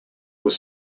were